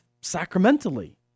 sacramentally